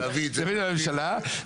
להביא לממשלה,